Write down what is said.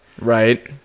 right